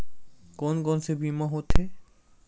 कोन कोन से बीमा होथे?